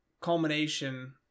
culmination